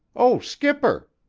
o skipper!